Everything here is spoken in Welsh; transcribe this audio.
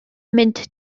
mynd